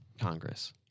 Congress